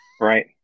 Right